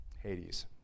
Hades